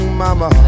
mama